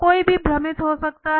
कोई भी भ्रमित हो सकता है